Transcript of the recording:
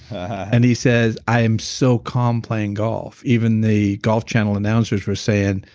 ah and he says, i am so calm playing golf. even the golf channel announcers were saying,